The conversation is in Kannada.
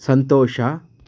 ಸಂತೋಷ